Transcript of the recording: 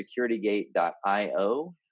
securitygate.io